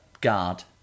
guard